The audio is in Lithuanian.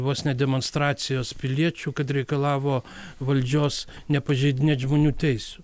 vos ne demonstracijos piliečių kad reikalavo valdžios nepažeidinėt žmonių teisių